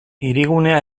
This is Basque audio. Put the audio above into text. hirigunea